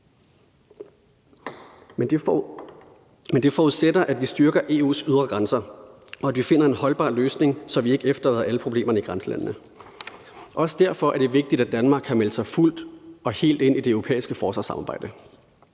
Men det forudsætter, at vi styrker EU's ydre grænser, og at vi finder en holdbar løsning, så vi ikke efterlader alle problemerne i grænselandene. Også derfor er det vigtigt, at Danmark har meldt sig fuldt og helt ind i det europæiske forsvarssamarbejde.